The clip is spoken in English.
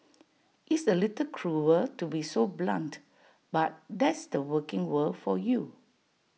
it's A little cruel to be so blunt but that's the working world for you